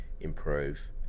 improve